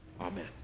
Amen